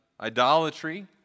idolatry